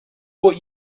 what